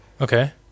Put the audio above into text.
Okay